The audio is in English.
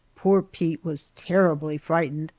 poor pete was terribly frightened,